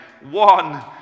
one